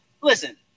Listen